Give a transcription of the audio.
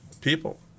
people